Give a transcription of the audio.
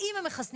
האם הם מחסנים,